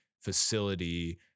facility